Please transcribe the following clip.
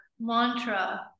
mantra